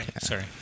Sorry